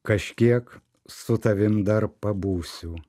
kažkiek su tavim dar pabūsiu